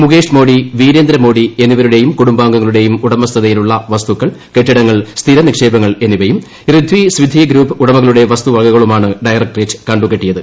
മുകേഷ് മോഡി വീരേന്ദ്ര മോഡി എന്നിവരുടെയും കുടുംബാംഗങ്ങളുടെയും ഉടമസ്ഥതയിലുള്ള വസ്തുക്കൾ കെട്ടിടങ്ങൾ സ്ഥിരനിക്ഷേപങ്ങൾ എന്നിവയും ഉടമകളുടെ വസ്തുവകകളുമാണ് ഡയറക്ടറേറ്റ് കണ്ടുകെട്ടിയത്